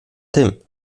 tym